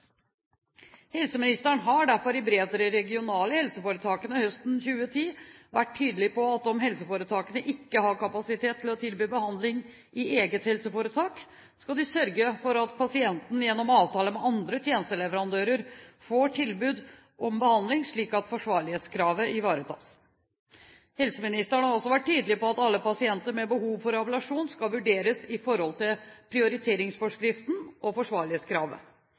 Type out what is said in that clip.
Helseministeren har derfor i brev til de regionale helseforetakene, høsten 2010, vært tydelig på at om helseforetakene ikke har kapasitet til å tilby behandling i eget helseforetak, skal de sørge for at pasienten gjennom avtaler med andre tjenesteleverandører får tilbud om behandling, slik at forsvarlighetskravet ivaretas. Helseministeren har også vært tydelig på at alle pasienter med behov for ablasjon skal vurderes i forhold til prioriteringsforskriften og